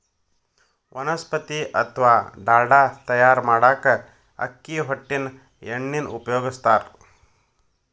ವನಸ್ಪತಿ ಅತ್ವಾ ಡಾಲ್ಡಾ ತಯಾರ್ ಮಾಡಾಕ ಅಕ್ಕಿ ಹೊಟ್ಟಿನ ಎಣ್ಣಿನ ಉಪಯೋಗಸ್ತಾರ